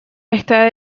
está